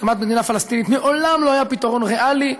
הקמת מדינה פלסטינית מעולם לא הייתה פתרון ריאלי.